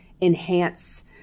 enhance